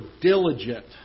diligent